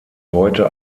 heute